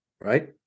Right